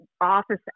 office